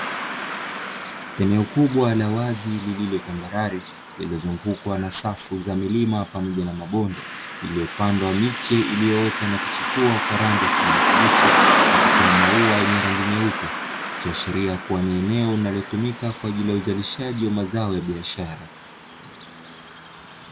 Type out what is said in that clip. Eneo kubwa la wazi lililotambalale lililozungukwa na safi za milima pamoja na mabonde lililopandwa miche iliyoota na kuchipua kwa rangi ya kijani kibichi na kutoa maua yenye rangi nyeupe. Ikiashiria kuwa ni eneo linalotumika kwa ajili ya uzalishaji wa mazao ya biashara.